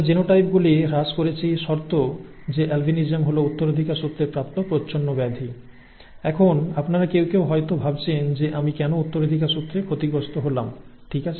আমরা জিনোটাইপগুলি হ্রাস করেছি শর্ত যে অ্যালবিনিজম হল উত্তরাধিকার সূত্রে প্রাপ্ত প্রচ্ছন্ন ব্যাধি এখন আপনারা কেউ কেউ হয়ত ভাবছেন যে আমি কেন উত্তরাধিকার সূত্রে ক্ষতিগ্রস্থ হলাম ঠিক আছে